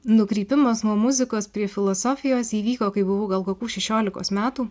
nukrypimas nuo muzikos prie filosofijos įvyko kai buvau gal kokių šešiolikos metų